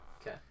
okay